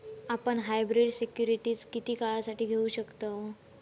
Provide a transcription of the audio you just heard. आपण hybrid securities किती काळासाठी घेऊ शकतव